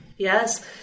Yes